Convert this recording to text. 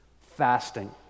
Fasting